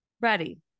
ready